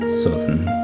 southern